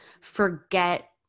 forget